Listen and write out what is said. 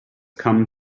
come